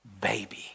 baby